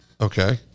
Okay